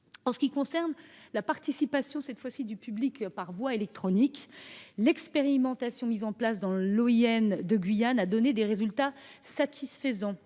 en ce qui concerne la participation du public par voie électronique, l’expérimentation mise en place dans l’OIN de Guyane a donné des résultats satisfaisants.